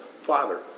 Father